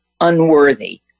unworthy